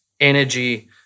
energy